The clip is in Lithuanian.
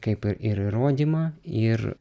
kaip ir įrodymą ir